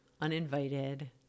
uninvited